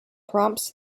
prompts